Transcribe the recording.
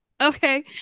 Okay